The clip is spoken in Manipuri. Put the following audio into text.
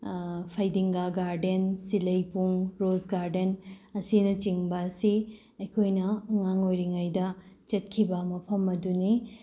ꯐꯩꯗꯤꯡꯒꯥ ꯒꯥꯔꯗꯦꯟ ꯁꯤꯜꯂꯩꯄꯨꯡ ꯔꯣꯖ ꯒꯥꯔꯗꯦꯟ ꯑꯁꯤꯅꯆꯤꯡꯕ ꯑꯁꯤ ꯑꯩꯈꯣꯏꯅ ꯑꯉꯥꯡ ꯑꯣꯏꯔꯤꯉꯩꯗ ꯆꯠꯈꯤꯕ ꯃꯐꯝ ꯑꯗꯨꯅꯤ